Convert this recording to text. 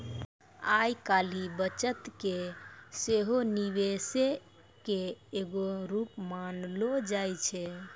आइ काल्हि बचत के सेहो निवेशे के एगो रुप मानलो जाय छै